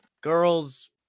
girls